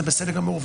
זה בסדר גמור,